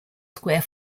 square